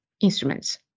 instruments